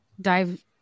dive